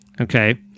Okay